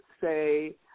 say